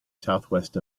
southwest